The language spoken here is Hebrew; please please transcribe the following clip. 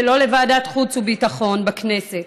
ולא לוועדת חוץ וביטחון בכנסת.